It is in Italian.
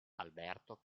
alberto